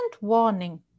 warning